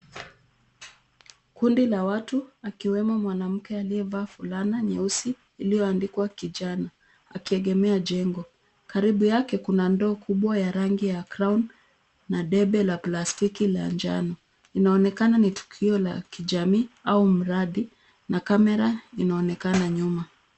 Kundi la watu akiwemo mwanamke aliyevaa fulana nyeusi iliyoandikwa, kijana, akiegemea jengo. Karibu yake kuna ndoo kubwa ya rangi ya crown na debe la plastiki la njano. Linaonekana ni tukio la kijamii au mradi na kamera inaonekana nyuma.